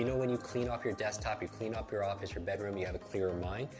you know when you clean off your desktop, you clean up your office, your bedroom, you have a clearer mind.